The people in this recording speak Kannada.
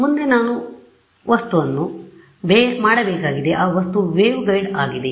ಮುಂದೆ ನಾನು ವಸ್ತುವನ್ನು ಮಾಡಬೇಕಾಗಿದೆ ಆ ವಸ್ತು ವೇವ್ಗೈಡ್ ಆಗಿದೆ